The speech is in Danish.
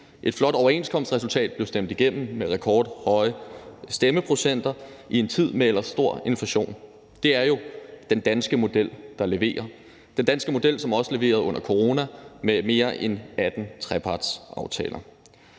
Et flot overenskomstresultat blev stemt igennem med rekordhøje stemmeprocenter i en tid med ellers stor inflation. Det er jo den danske model, der leverer; det er jo den danske model, som også leverede under corona med mere end 18 trepartsaftaler.